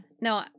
No